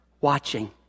watching